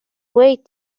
way